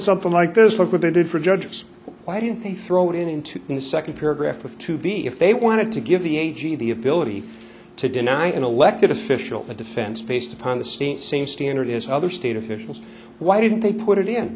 something like this look what they did for judges why didn't they throw it in into the second paragraph with to be if they wanted to give the a g the ability to deny an elected official a defense based upon the state same standard as other state officials why didn't they put it in